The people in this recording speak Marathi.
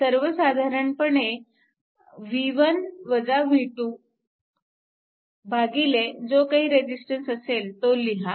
सर्व साधारण पणे भागिले जो काही रेजिस्टन्स असेल तो लिहा